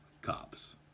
cops